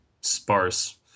sparse